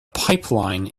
pipeline